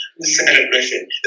celebration